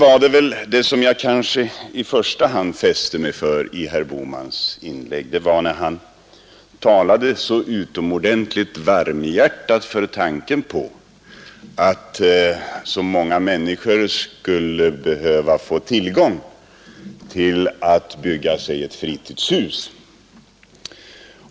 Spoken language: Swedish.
Vad jag kanske i första hand fäste mig vid i herr Bohmans inlägg var att han talade så varmt för tanken på att så många människor som möjligt skulle kunna bygga sig ett fritidshus.